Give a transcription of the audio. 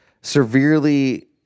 severely